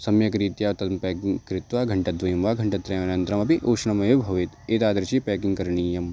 सम्यग्रीत्या तं प्यागिङ्ग् कृत्वा घण्टाद्वयं वा घण्टात्रयनन्तरमपि उष्णमेव भवेत् एतादृशी प्याकिङ्ग् करणीयम्